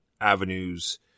avenues